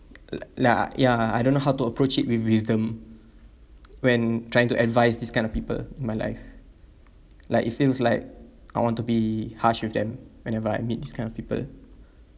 li~ li~ ya I don't know how to approach it with wisdom when trying to advise this kind of people in my life like it feels like I want to be harsh with them whenever I meet this kind of people